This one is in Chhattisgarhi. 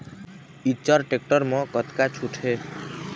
इच्चर टेक्टर म कतका छूट हे?